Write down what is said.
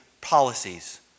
policies